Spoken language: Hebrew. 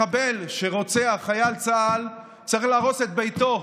מחבל שרוצח חייל צה"ל צריך להרוס את ביתו,